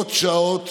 מאות שעות,